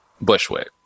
Bushwick